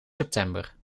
september